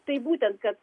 tai būtent kad